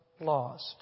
lost